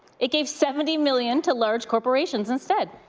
it gave seventy million to large corporations instead.